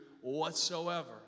whatsoever